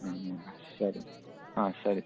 ಹ್ಞೂ ಹ್ಞೂ ಸರಿ ಹಾಂ ಸರಿ